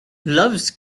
loves